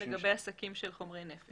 לגבי עסקים של חומרי נפץ.